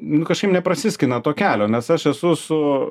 nu kažkaip neprasiskina to kelio nes aš esu su